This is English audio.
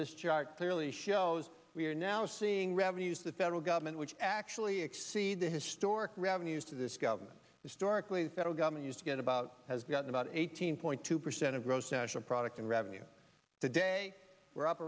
this chart clearly shows we are now seeing revenues the federal government which actually exceed the historic revenues to this government historically the federal government used to get about has gotten about eighteen point two percent of gross national product and revenue today we're up